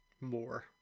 more